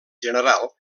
general